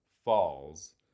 falls